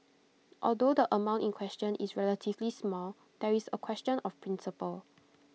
although the amount in question is relatively small there is A question of principle